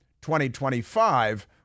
2025